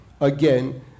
again